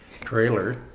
trailer